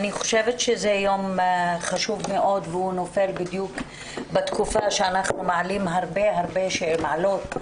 זה יום חשוב מאוד והוא נופל בדיוק בתקופה שאנחנו מעלים הרבה שאלות,